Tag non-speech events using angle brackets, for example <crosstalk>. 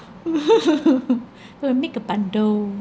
<laughs> could have make a bundle